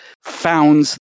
founds